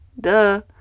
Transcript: duh